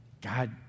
God